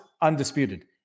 undisputed